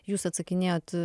jūs atsakinėjat